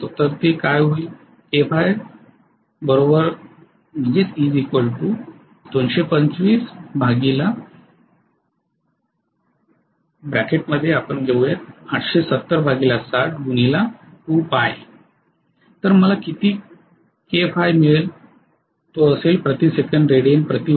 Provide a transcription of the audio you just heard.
तर हे होईल तर मला काय मिळेल प्रति सेकंद रेडियन प्रति व्होल्ट